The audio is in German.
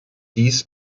dies